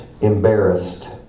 embarrassed